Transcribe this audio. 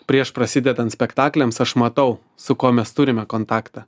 prieš prasidedant spektakliams aš matau su kuo mes turime kontaktą